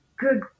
Good